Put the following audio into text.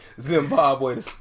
Zimbabwe